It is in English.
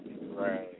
Right